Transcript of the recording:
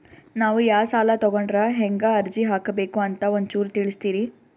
ನಾವು ಯಾ ಸಾಲ ತೊಗೊಂಡ್ರ ಹೆಂಗ ಅರ್ಜಿ ಹಾಕಬೇಕು ಅಂತ ಒಂಚೂರು ತಿಳಿಸ್ತೀರಿ?